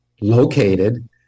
located